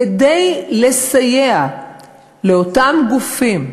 כדי לסייע לאותם גופים,